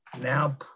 now